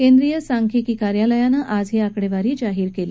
केंद्रीय सांख्यिकी कार्यालयानं आज ही आकडेवारी जाहीर केली